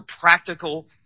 practical